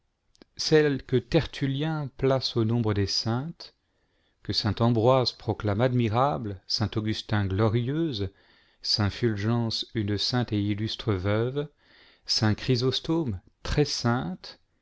celle que tertuuien place au nombre des saintes que saint ambroise proclame admirable saint augustin glorieuse saint fulgence une sainte et illustre veuve saint clirysostome